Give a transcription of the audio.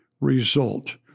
result